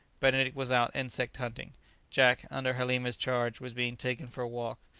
benedict was out insect-hunting jack, under halima's charge, was being taken for a walk.